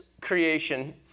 creation